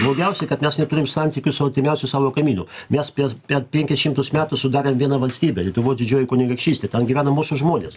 blogiausiai kad mes neturim santykių su artimiausiu savo kaimynu mes per penkis šimtus metų sudarėm vieną valstybę lietuvos didžioji kunigaikštystė ten gyvena mūsų žmonės